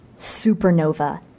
supernova